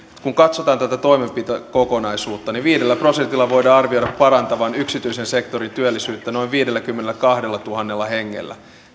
kun katsotaan tätä toimenpidekokonaisuutta että viidellä prosentilla voidaan arvioida parannettavan yksityisen sektorin työllisyyttä noin viidelläkymmenelläkahdellatuhannella hengellä